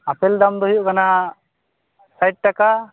apple ᱫᱟᱢ ᱫᱚ ᱦᱩᱭᱩᱜ ᱠᱟᱱᱟ ᱥᱟᱴ ᱴᱟᱠᱟ